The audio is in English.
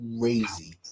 crazy